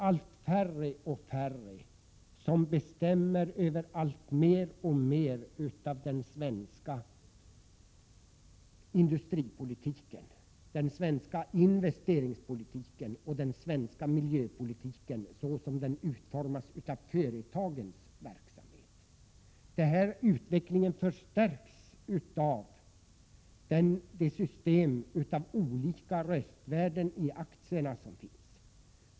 Allt färre bestämmer över alltmer av den svenska industripolitiken, den svenska investeringspolitiken och den svenska miljöpolitiken så som denna utformas av företagens verksamhet. Den här utvecklingen förstärks av det nuvarande systemet med olika röstvärde i fråga om aktierna.